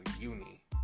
Uni